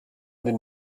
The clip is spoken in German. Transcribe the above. den